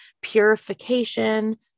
purification